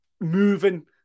moving